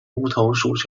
乌头属